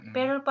Pero